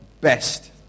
best